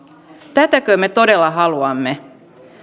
tätäkö me todella haluamme